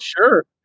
Sure